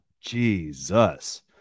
Jesus